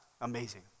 amazing